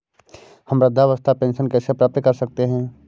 हम वृद्धावस्था पेंशन कैसे प्राप्त कर सकते हैं?